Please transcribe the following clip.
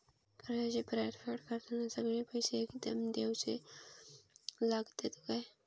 कर्जाची परत फेड करताना सगळे पैसे एकदम देवचे लागतत काय?